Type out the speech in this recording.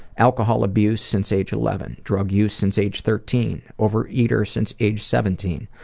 alcohol abuse since age eleven. drug use since age thirteen. overeater since age seventeen.